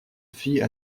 filles